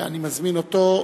ואני מזמין אותו.